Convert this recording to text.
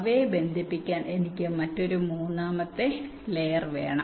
അവയെ ബന്ധിപ്പിക്കാൻ എനിക്ക് മറ്റൊരു മൂന്നാമത്തെ ലെയറുവേണം